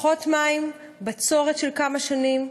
פחות מים, בצורת של כמה שנים.